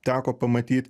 teko pamatyt